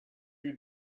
you